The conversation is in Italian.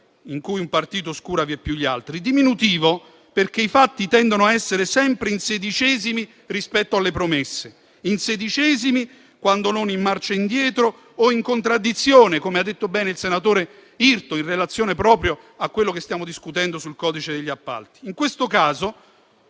in cui un partito oscura vieppiù gli altri. È anche un Governo diminutivo, perché i fatti tendono a essere sempre in sedicesimi rispetto alle promesse, quando non a marcia indietro o in contraddizione, come ha detto bene il senatore Irto, proprio in relazione a quanto stiamo discutendo sul codice degli appalti. In questo caso,